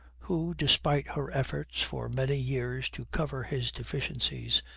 who, despite her efforts for many years to cover his deficiencies,